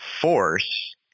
force